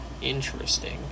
Interesting